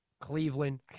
Cleveland